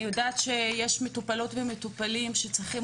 אני יודעת שיש מטופלות ומטופלים שצריכים